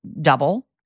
double